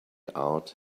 out